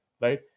right